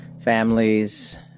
families